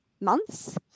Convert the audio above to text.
months